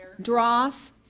Dross